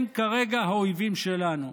הם כרגע האויבים שלנו,